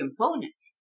components